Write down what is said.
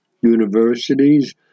universities